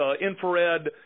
infrared